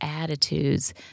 attitudes